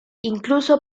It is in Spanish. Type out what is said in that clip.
incluso